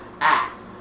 act